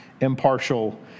impartial